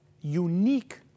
unique